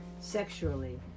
Sexually